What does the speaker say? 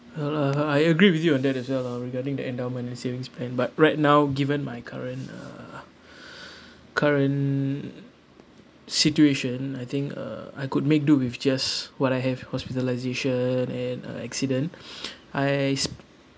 ya lah I I agree with you on that as well lah regarding the endowment and savings plan but right now given my current uh current situation I think uh I could make do with just what I have hospitalisation and uh accident I